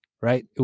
right